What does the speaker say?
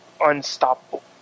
unstoppable